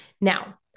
Now